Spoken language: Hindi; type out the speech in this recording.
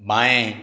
बाएं